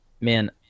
man